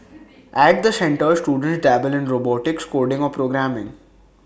at the centres students dabble in robotics coding or programming